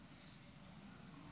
התשפ"ד 2024,